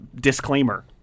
disclaimer